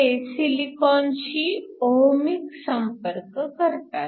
ते सिलिकॉनशी ओहमीक संपर्क करतात